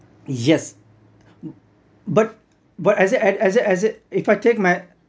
yes but but as it I as I as I if I take my